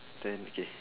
then okay